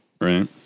Right